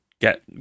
get